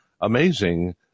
amazing